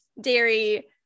dairy